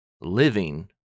living